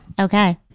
Okay